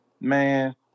Man